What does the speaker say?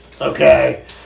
okay